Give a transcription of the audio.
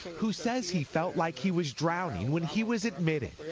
who says he felt like he was drowning when he was admitted.